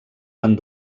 van